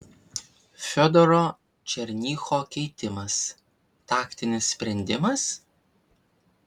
fiodoro černycho keitimas taktinis sprendimas